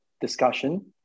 discussion